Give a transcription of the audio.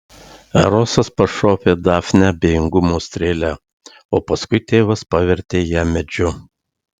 erosas pašovė dafnę abejingumo strėle o paskui tėvas pavertė ją medžiu